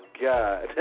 God